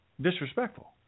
disrespectful